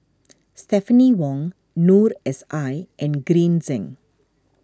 Stephanie Wong Noor S I and Green Zeng